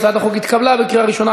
הצעת החוק התקבלה בקריאה ראשונה,